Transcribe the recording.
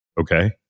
Okay